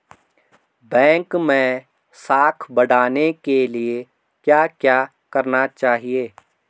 Bank मैं साख बढ़ाने के लिए क्या क्या करना चाहिए?